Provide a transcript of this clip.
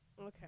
Okay